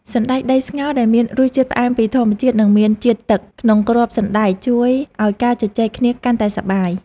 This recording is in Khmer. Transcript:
សណ្តែកដីស្ងោរដែលមានរសជាតិផ្អែមពីធម្មជាតិនិងមានជាតិទឹកក្នុងគ្រាប់សណ្តែកជួយឱ្យការជជែកគ្នាកាន់តែសប្បាយ។